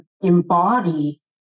embody